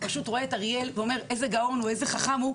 פשוט רואה את א' ואומר: איזה גאון וחכם הוא,